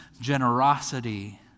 generosity